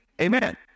amen